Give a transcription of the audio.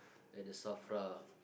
at the Safra